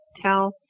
tell